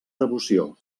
devoció